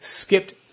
skipped